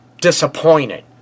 Disappointed